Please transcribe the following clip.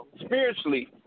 spiritually